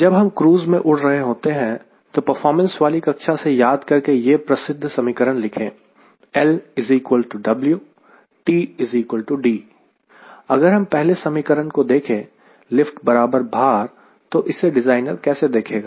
जब हम क्रूज़ में उड़ रहे होते हैं तो परफॉर्मेंस वाली कक्षा से याद करके यह प्रसिद्ध समीकरण लिखे L W T D अगर हम पहले समीकरण को देखें लिफ्ट बराबर भार तो इसे डिज़ाइनर कैसे देखेगा